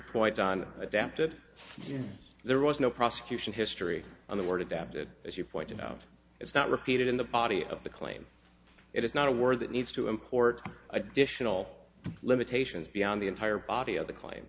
point on adaptive since there was no prosecution history on the word adapted as you pointed out it's not repeated in the body of the claim it is not a word that needs to import additional limitations beyond the entire body of the claim